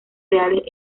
reales